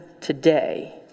today